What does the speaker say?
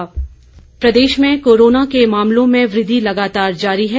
Himachal corona Pradesh में corona के मामलों में वृद्धि लगातार जारी है